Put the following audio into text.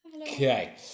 Okay